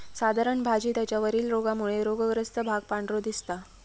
साधारण भाजी त्याच्या वरील रोगामुळे रोगग्रस्त भाग पांढरो दिसता